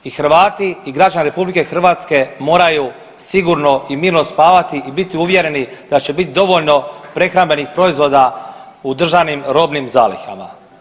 I Hrvati i građani RH moraju sigurno i mirno spavati i biti uvjereni da će biti dovoljno prehrambenih proizvoda u državnim robnim zalihama.